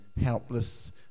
helpless